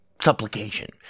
supplication